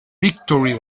victory